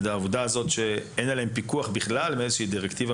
העובדה הזאת שאין עליהם פיקוח בכלל מדירקטיבה